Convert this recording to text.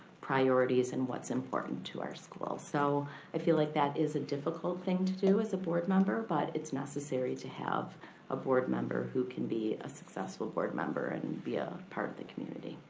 priorities and what's important to our schools. so i feel like that is a difficult thing to do as a board member, but it's necessary to have a board member who can be a successful board member and be a part of the community.